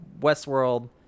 Westworld